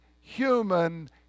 human